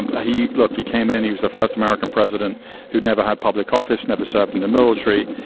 and he looked, he came, and he was the first american president who'd never had public office, never served in the military.